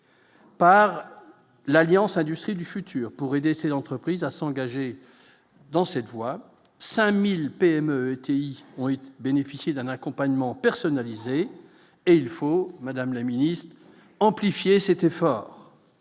par l'Alliance Industrie du futur pour aider ces entreprises à s'engager dans cette voie 5000 PME TI bénéficier d'un accompagnement personnalisé et il faut Madame la Ministre, amplifier, c'était fort